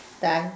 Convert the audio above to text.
done